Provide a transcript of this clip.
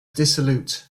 dissolute